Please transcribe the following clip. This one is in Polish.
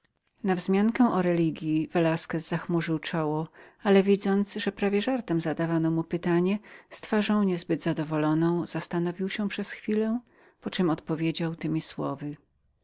na wzmiankę o religji velasquez zachmurzył czoło ale widząc że prawie żartem zadawano mu pytanie z twarzą nie bardzo wesołą zastanowił się przez chwilę po czem odpowiedział temi słowy